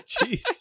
Jeez